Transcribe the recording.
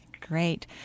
Great